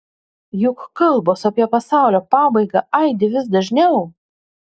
juk kalbos apie pasaulio pabaigą aidi vis dažniau